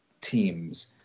teams